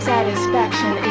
Satisfaction